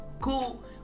cool